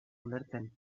ulertzen